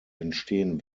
entstehen